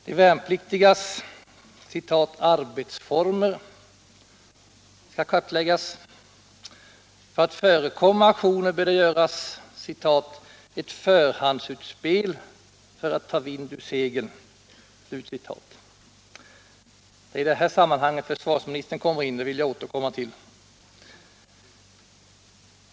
De värnpliktigas ”arbetsformer” skall kartläggas. För att förekomma aktioner bör det göras ”ett förhandsutspel” för att ”ta vind ur seglen”. Det är i detta sammanhang försvarsministern kommer in; jag återkommer till det.